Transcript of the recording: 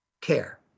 care